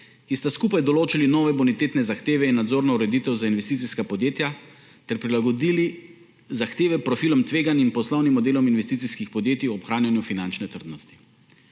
ki sta skupaj določili nove bonitetne zahteve in nadzorno ureditev za investicijska podjetja ter prilagodili zahteve profilom tveganjem in poslovnim modelom investicijskih podjetij ob ohranjanju finančne trdnosti.